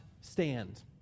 stand